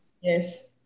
yes